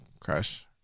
crush